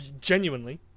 genuinely